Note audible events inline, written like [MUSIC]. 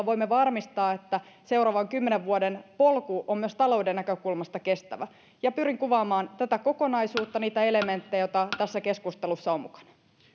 [UNINTELLIGIBLE] voimme varmistaa että seuraavan kymmenen vuoden polku on myös talouden näkökulmasta kestävä ja pyrin kuvaamaan tätä kokonaisuutta niitä elementtejä joita tässä keskustelussa on mukana